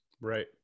Right